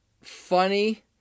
funny